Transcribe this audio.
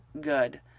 good